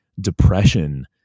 depression